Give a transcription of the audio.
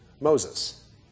Moses